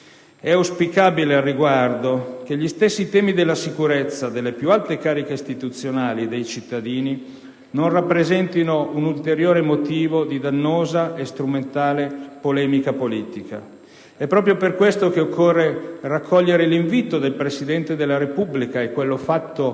È auspicabile, al riguardo, che gli stessi temi della sicurezza delle più alte cariche istituzionali e dei cittadini non rappresentino un ulteriore motivo di dannosa e strumentale polemica politica. È proprio per questo che occorre raccogliere l'invito del Presidente della Repubblica e quello fatto